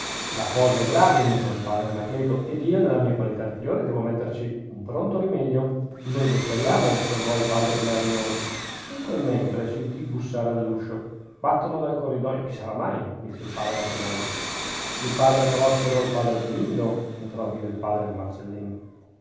la cosa è grave notò il padre anacleto ed io nella mia qualità di priore dovrò metterci un pronto rimedio noi lo speriamo osservò il padre ilarione in quel mentre si udì bussare all'uscio battono dal corridoio chi sarà mai disse il padre atanasio il padre prospero o il padre adelindo entrò a dire il padre marcellino